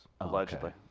allegedly